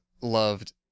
loved